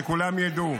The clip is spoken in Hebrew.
שכולם ידעו,